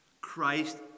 Christ